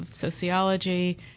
sociology